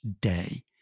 day